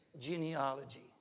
genealogy